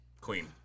Queen